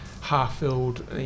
half-filled